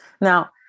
Now